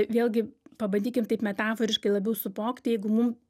vėlgi pabandykim taip metaforiškai labiau suvokti jeigu mum